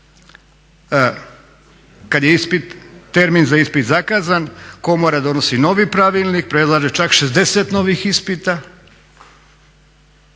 kada je termin za ispit zakazan komora donosi novi pravilnik, predlaže čak 60 novih ispita